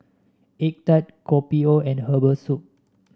egg tart Kopi O and Herbal Soup